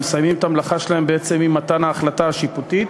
הם מסיימים את המלאכה שלהם בעצם עם מתן ההחלטה השיפוטית,